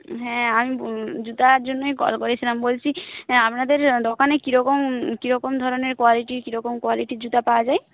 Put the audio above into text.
হ্যাঁ আম জুতোর জন্যই কল করেছিলাম বলছি আপনাদের দোকানে কীরকম কীরকম ধরনের কোয়ালিটি কীরকম কোয়ালিটির জুতো পাওয়া যায়